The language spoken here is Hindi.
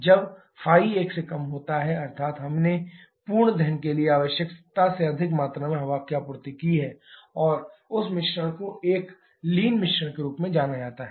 जब ϕ एक से कम होता है अर्थात हमने पूर्ण दहन के लिए आवश्यकता से अधिक मात्रा में हवा की आपूर्ति की है और उस मिश्रण को एक लीन मिश्रण के रूप में जाना जाता है